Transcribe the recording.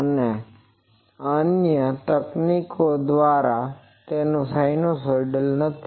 અને અન્ય તકનીકો દ્વારા તે સિનુસાઇડલ નથી